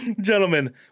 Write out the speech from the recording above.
gentlemen